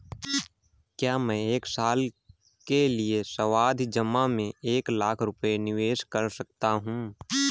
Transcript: क्या मैं एक साल के लिए सावधि जमा में एक लाख रुपये निवेश कर सकता हूँ?